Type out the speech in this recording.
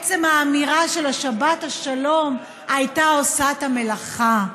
עצם האמירה "שבת שלום" הייתה עושה את המלאכה.